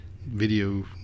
video